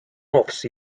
nofs